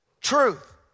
truth